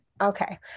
Okay